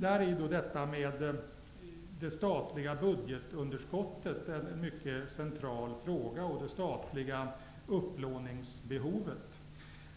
Där är det statliga budgetunderskottet och det statliga upplåningsbehovet mycket centrala frågor.